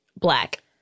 Black